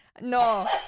no